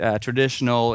traditional